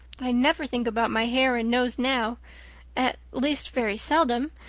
i never think about my hair and nose now at least, very seldom.